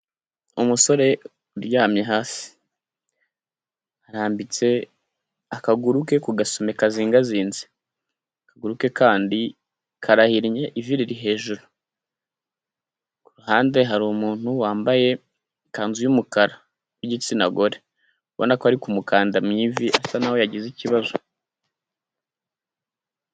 Umusore uryamye hasi, arambitse akaguru ke ku gasume kazingazinze. Akaguru ke kandi karahinye, ivi riri hejuru. Ku ruhande hari umuntu wambaye ikanzu y'umukara w'igitsina gore, ubona ko ari kumukanda mu ivi asa n'aho yagize ikibazo.